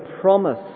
promise